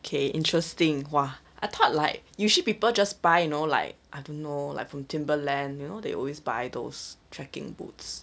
okay interesting !wah! I thought like usually people just by you know like I don't know like from timberland you know they always buy those trekking boots